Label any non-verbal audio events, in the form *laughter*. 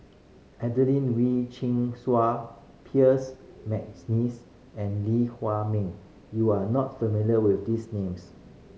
Adelene Wee Chin Sua *unintelligible* McNeice and Lee Hua Min you are not familiar with these names